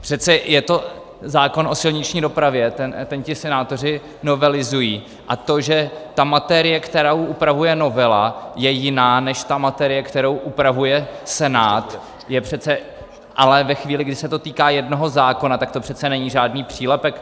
Přece je to zákon o silniční dopravě, ten ti senátoři novelizují, a to, že ta materie, kterou upravuje novela, je jiná než materie, kterou upravuje Senát, ve chvíli, kdy se to týká jednoho zákona, tak to přece není žádný přílepek.